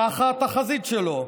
כך התחזית שלו,